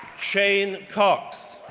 shane cox,